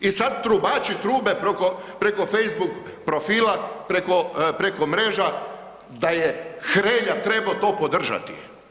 I sad trubači trube preko facebook profila, preko, preko mreža da je Hrelja trebo to podržati.